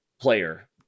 player